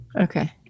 Okay